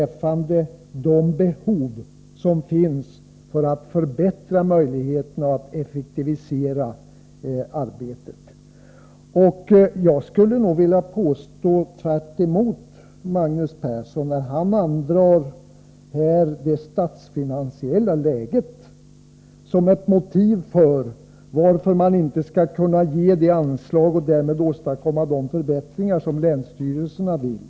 Vi har behov av att förbättra och effektivisera arbetet. Magnus Persson andrar det statsfinansiella läget som motiv för att inte ge tillräckligt anslag och därmed åstadkomma de förbättringar som länsstyrelserna önskar.